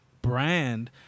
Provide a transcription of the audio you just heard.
brand